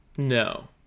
No